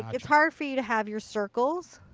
it's hard for you to have your circles.